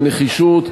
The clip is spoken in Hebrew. בנחישות,